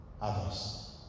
others